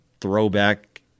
throwback